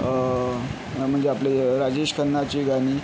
म्हणजे आपले राजेश खन्नाचे गाणी